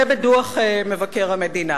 זה בדוח מבקר המדינה